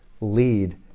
lead